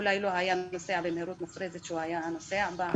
אולי הוא לא היה נוסע במהירות מופרזת שהוא נסע בה,